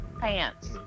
pants